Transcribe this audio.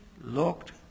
looked